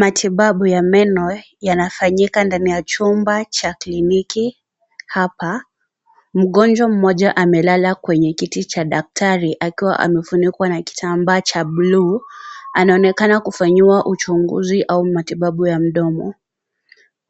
Matibabu ya meno yanafanyika ndani ya chumba cha kiliniki hapa mgonjwa mmoja amelala kwenye kiti cha daktari akiwa amefunikwa na kitambaa cha buluu anaonekana kufanyiwa uchunguzi au matibabu ya mdomo